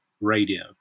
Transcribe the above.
Radio